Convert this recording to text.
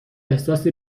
احساس